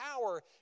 power